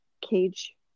cage